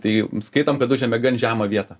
tai skaitom kad užėmė gan žemą vietą